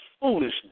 foolishness